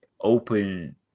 open